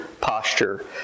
posture